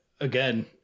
again